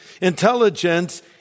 intelligence